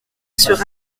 sur